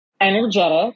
Energetic